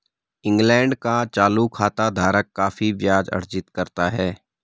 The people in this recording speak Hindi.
इंग्लैंड का चालू खाता धारक काफी ब्याज अर्जित करता है